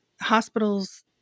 hospitals